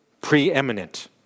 preeminent